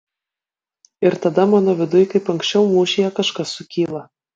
ir tada mano viduj kaip anksčiau mūšyje kažkas sukyla